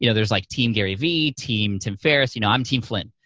you know there's like team gary v, team tim ferriss. you know i'm team flynn,